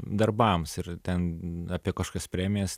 darbams ir ten apie kažkias premijas